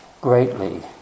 greatly